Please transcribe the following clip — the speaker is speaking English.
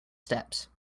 steps